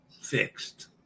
fixed